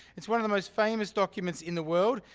it's one of the most famous documents in the world.